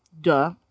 Duh